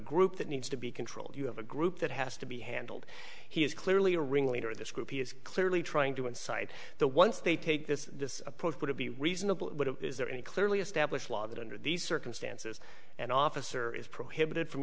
group that needs to be controlled you have a group that has to be handled he is clearly a ringleader of this group he is clearly trying to incite the once they take this approach would it be reasonable but is there any clearly established law that under these circumstances and officer is prohibited from